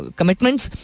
commitments